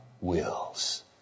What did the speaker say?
Wills